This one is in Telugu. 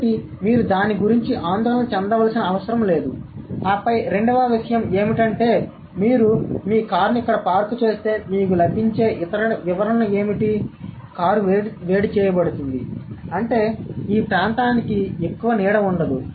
కాబట్టి మీరు దాని గురించి ఆందోళన చెందాల్సిన అవసరం లేదు ఆపై రెండవ విషయం ఏమిటంటే మీరు మీ కారును ఇక్కడ పార్క్ చేస్తే మీకు లభించే ఇతర వివరణ ఏమిటి కారు వేడి చేయబడుతుంది అంటే అంటే ఈ ప్రాంతానికి ఎక్కువ నీడ ఉండదు